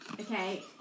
Okay